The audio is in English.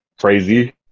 crazy